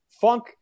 Funk